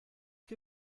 que